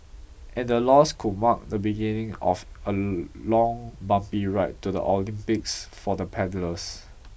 and the loss could mark the beginning of a long bumpy ride to the Olympics for the paddlers